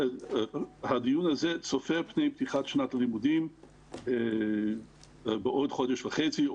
הדיון הזה צופה פני פתיחת שנת הלימודים בעוד חודש וחצי,